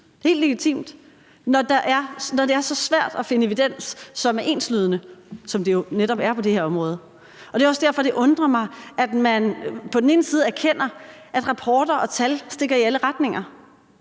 helt legitimt – når det er så svært at finde evidens, der er enslydende, som det jo netop er på det her område. Det er også derfor, det undrer mig, at man på den ene side erkender, at rapporter og tal stikker i alle retninger.